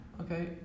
Okay